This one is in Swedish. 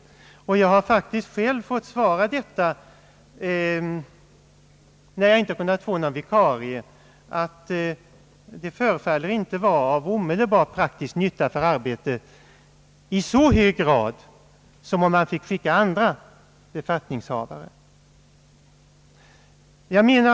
Jag har faktiskt själv, när jag inte kunnat få någon vikarie, fått svara att det inte förefaller att vara av omedelbar praktisk nytta för arbetet i så hög grad som om man fick skicka andra befattningshavare till kursen.